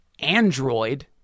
android